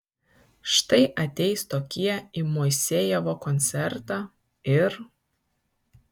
štai ateis tokie į moisejevo koncertą ir